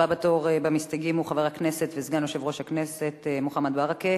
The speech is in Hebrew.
הבא בתור במסתייגים הוא חבר הכנסת וסגן יושב-ראש הכנסת מוחמד ברכה.